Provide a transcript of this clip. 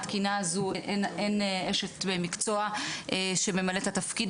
התקינה הזו אין אשת מקצוע שממלא את התפקיד